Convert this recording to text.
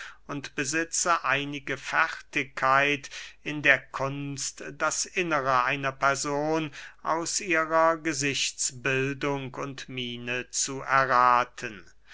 und besitze einige fertigkeit in der kunst das innere einer person aus ihrer gesichtsbildung und miene zu errathen